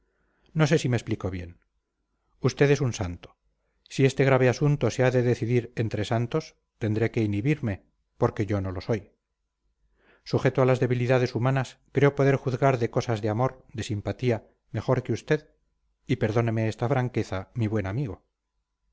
no sé si me explico bien usted es un santo si este grave asunto se ha de decidir entre santos tendré que inhibirme porque yo no lo soy sujeto a las debilidades humanas creo poder juzgar de cosas de amor de simpatía mejor que usted y perdóneme esta franqueza mi buen amigo